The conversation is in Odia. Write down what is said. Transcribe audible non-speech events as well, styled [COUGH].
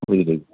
[UNINTELLIGIBLE]